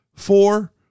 Four